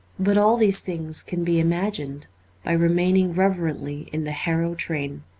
but all these things can be imagined by remaining reverently in the harrow train.